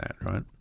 right